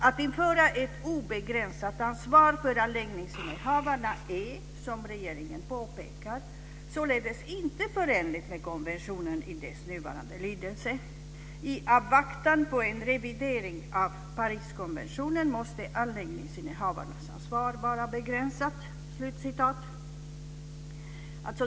Att införa ett obegränsat ansvar för anläggningsinnehavarna är, som regeringen påpekar, således inte förenligt med konventionen i dess nuvarande lydelse. I avvaktan på en revidering av Pariskonventionen måste anläggningsinnehavarnas ansvar vara begränsat."